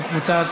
נתקבלה.